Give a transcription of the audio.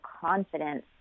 confidence